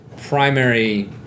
primary